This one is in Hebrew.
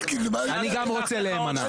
אני גם רוצה להימנע.